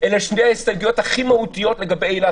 אלה שתי ההסתייגויות הכי מהותיות לגבי אילת.